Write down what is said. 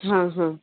हाँ हाँ